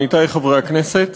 עמיתי חברי הכנסת,